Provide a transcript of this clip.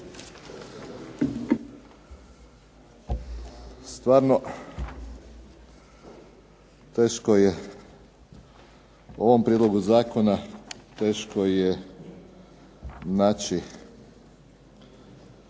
Stvarno teško je u ovom prijedlogu zakona,